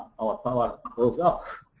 our power goes up.